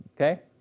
Okay